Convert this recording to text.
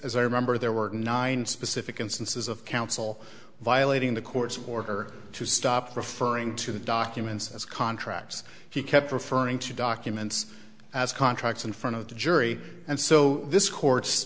as i remember there were nine specific instances of counsel violating the court's order to stop referring to the documents as contracts he kept referring to documents as contracts in front of the jury and so this court's